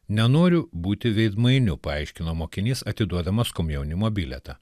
nenoriu būti veidmainiu paaiškino mokinys atiduodamas komjaunimo bilietą